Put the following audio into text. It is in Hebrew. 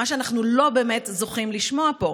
מה שאנחנו לא באמת זוכים לשמוע פה,